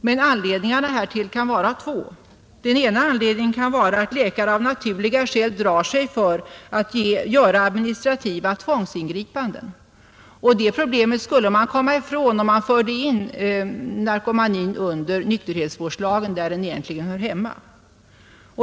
Men anledningarna härtill kan vara två. Den ena anledningen kan vara att läkare av naturliga skäl drar sig för att göra administrativa tvångsingripanden, och det problemet skulle man komma ifrån, om man förde in narkomanin under nykterhetsvårdslagen där den egentligen hör hemma.